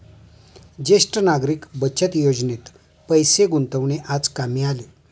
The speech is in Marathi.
ज्येष्ठ नागरिक बचत योजनेत पैसे गुंतवणे आज कामी आले